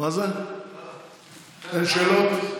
אין שאלות?